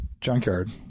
junkyard